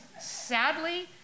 sadly